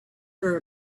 her